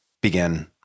begin